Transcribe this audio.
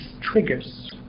triggers